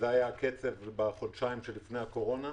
שזה היה הקצב בחודשיים לפני הקורונה.